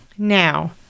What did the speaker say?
Now